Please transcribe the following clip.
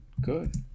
good